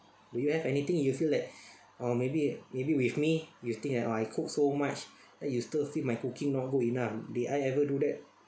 would you have anything you feel like um maybe maybe with me you still had oh I cook so much then you still feel my cooking not good enough did I ever do that